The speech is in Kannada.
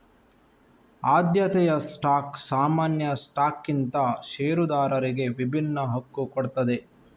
ಆದ್ಯತೆಯ ಸ್ಟಾಕ್ ಸಾಮಾನ್ಯ ಸ್ಟಾಕ್ಗಿಂತ ಷೇರುದಾರರಿಗೆ ವಿಭಿನ್ನ ಹಕ್ಕು ಕೊಡ್ತದೆ